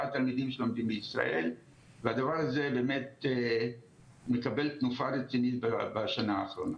התלמידים שלומדים בישראל והדבר הזה באמת מקבל תנופה רצינית בשנה האחרונה.